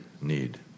need